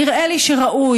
נראה לי שראוי,